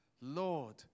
Lord